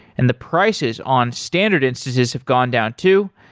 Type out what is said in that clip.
and the prices on standard instances have gone down too.